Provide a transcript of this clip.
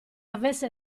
avesse